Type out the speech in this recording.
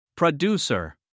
Producer